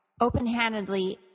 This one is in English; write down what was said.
open-handedly